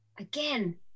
Again